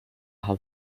how